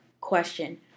question